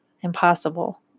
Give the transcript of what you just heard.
impossible